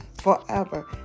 forever